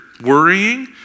Worrying